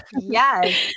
yes